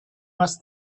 must